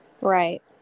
Right